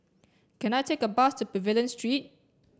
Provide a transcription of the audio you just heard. can I take a bus to Pavilion Street